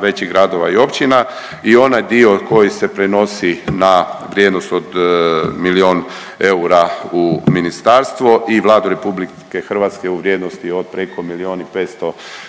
većih gradova i općina i onaj dio koji se prenosi na vrijednost od milijun eura u ministarstvo i Vladu RH u vrijednosti od preko milijun i 500 tisuća